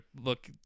look